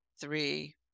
three